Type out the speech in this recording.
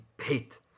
hate